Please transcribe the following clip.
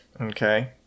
Okay